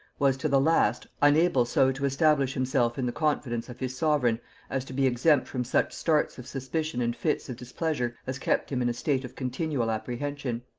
was, to the last, unable so to establish himself in the confidence of his sovereign as to be exempt from such starts of suspicion and fits of displeasure as kept him in a state of continual apprehension.